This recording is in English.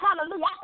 Hallelujah